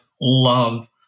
love